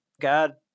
God